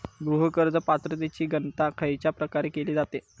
गृह कर्ज पात्रतेची गणना खयच्या प्रकारे केली जाते?